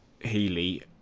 healy